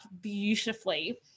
beautifully